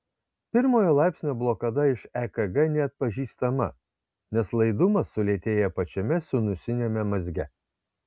pirmojo laipsnio blokada iš ekg neatpažįstama nes laidumas sulėtėja pačiame sinusiniame mazge